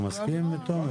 אתה מסכים איתו?